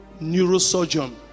neurosurgeon